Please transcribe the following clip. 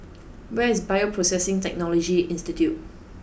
where is Bioprocessing Technology Institute